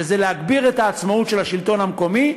שזה להגביר את העצמאות של השלטון המקומי,